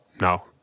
no